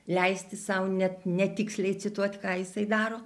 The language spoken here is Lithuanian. leisti sau net netiksliai cituot ką jisai daro